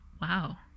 wow